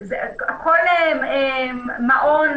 מעון